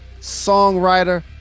songwriter